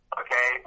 okay